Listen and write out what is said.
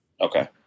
Okay